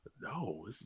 No